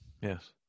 yes